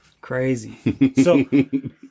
Crazy